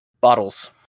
Bottles